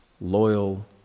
loyal